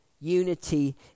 Unity